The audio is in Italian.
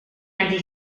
casi